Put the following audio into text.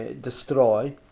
destroy